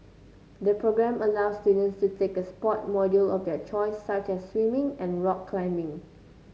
the programme allows students to take a sport module of their choice such as swimming and rock climbing